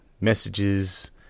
messages